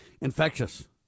infectious